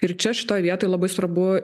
ir čia šitoj vietoj labai svarbu